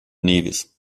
nevis